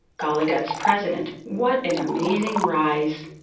gallaudet's president. what an amazing rise.